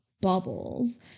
bubbles